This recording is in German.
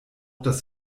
das